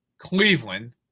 Cleveland